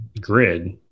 grid